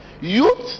youth